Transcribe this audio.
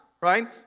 right